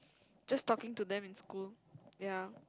just talking to them in school ya